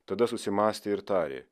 tada susimąstė ir tarė